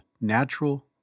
natural